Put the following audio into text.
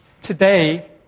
Today